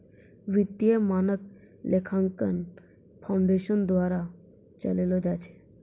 वित्तीय मानक लेखांकन फाउंडेशन द्वारा चलैलो जाय छै